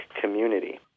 community